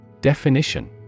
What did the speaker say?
Definition